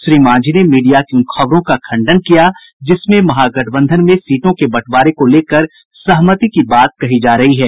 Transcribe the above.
श्री मांझी ने मीडिया की उन खबरों का खंडन किया जिसमें महागठबंधन में सीटों के बंटवारे को लेकर सहमति की बात कही जा रही है